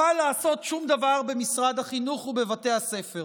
יוכל לעשות שום דבר במשרד החינוך ובבתי הספר.